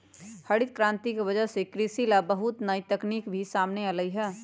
हरित करांति के वजह से कृषि ला बहुत नई तकनीक भी सामने अईलय है